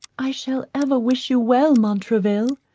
i shall ever wish you well, montraville,